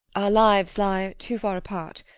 our lives lie too far apart.